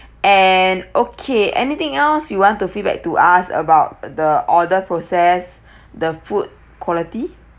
and okay anything else you want to feedback to us about the order process the food quality